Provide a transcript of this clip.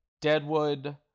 Deadwood